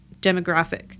demographic